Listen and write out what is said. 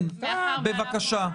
בבקשה.